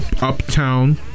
uptown